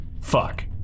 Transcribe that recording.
Fuck